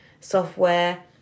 software